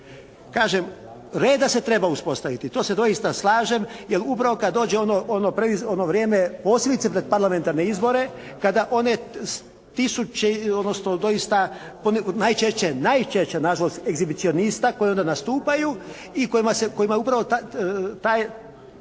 Kažem reda se treba uspostaviti. To se doista slažem jer upravo kad dođe ono, ono vrijeme posebice pred parlamentarne izbore kada one tisuće odnosno doista najčešće, najčešće nažalost egzibicionista koji onda nastupaju i kojima se, kojima